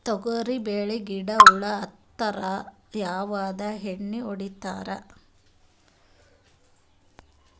ತೊಗರಿಬೇಳಿಗಿ ಹುಳ ಆದರ ಯಾವದ ಎಣ್ಣಿ ಹೊಡಿತ್ತಾರ?